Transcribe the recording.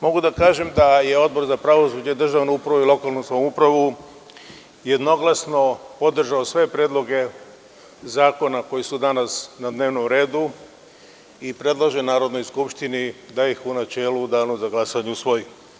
Mogu da kažem da je Odbor za pravosuđe, državnu upravu i lokalnu samoupravu jednoglasno podržao sve predloge zakona koji su danas na dnevnom redu i predlaže Narodnoj skupštini da ih u načelu u Danu za glasanje usvoji.